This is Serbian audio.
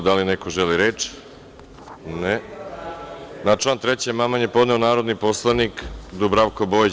Da li neko želi reč? (Ne) Na član 3. amandman je podneo narodni poslanik Dubravko Bojić.